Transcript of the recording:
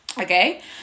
okay